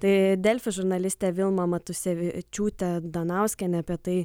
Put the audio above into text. tai delfi žurnalistė vilma matusevičiūtė danauskienė apie tai